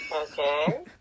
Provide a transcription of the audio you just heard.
okay